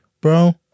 bro